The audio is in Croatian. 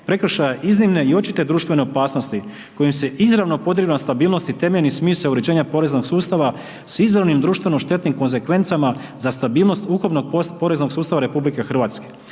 prekršaja iznimne i očite društvene opasnosti kojim se izravno .../Govornik se ne razumije./... stabilnost i temeljni smisao uređenja poreznog sustava s izravnim društveno-štetnim konzekvencama za stabilnost ukupnog poreznog sustava RH. Pazite dalje.